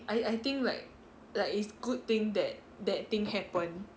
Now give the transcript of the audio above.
I I think like like it's good thing that that thing happened